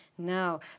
No